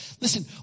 Listen